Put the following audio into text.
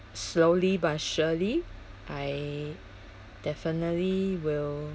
slowly but surely I definitely will